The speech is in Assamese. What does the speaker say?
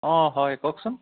অঁ হয় কওকচোন